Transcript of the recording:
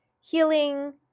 healing